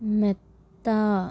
മെത്ത